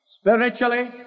Spiritually